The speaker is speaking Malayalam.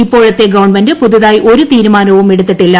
ഇപ്പോഴത്തെ ഗവൺമെന്റ് പുതുതായി ഒരു തീരുമാനവും എടുത്തിട്ടില്ല